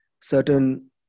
certain